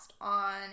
on